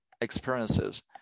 experiences